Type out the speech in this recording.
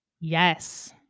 Yes